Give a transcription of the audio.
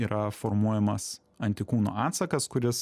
yra formuojamas antikūnų atsakas kuris